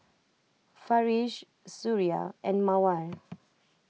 Farish Suria and Mawar